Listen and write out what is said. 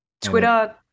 Twitter